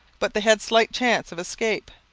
but they had slight chance of escape,